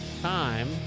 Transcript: Time